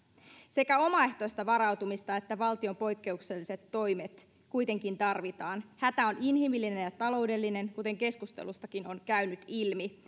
sekä omaehtoista varautumista että valtion poikkeukselliset toimet kuitenkin tarvitaan hätä on inhimillinen ja taloudellinen kuten keskustelustakin on käynyt ilmi